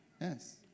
Yes